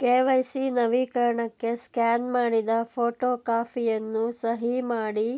KYC ನವೀಕರಣಕ್ಕೆ scan ಮಾಡಿದ photo ಕಾಪಿಯನ್ನು ಸಹಿ ಮಾಡಿ